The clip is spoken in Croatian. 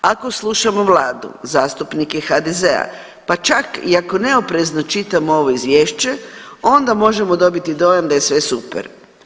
Ako slušamo vladu, zastupnike HDZ-a pa čak i ako neoprezno čitamo ovo izvješće onda možemo dobiti dojam da je sve super.